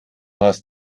hast